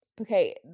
okay